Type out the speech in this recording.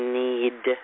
need